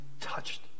touched